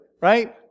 right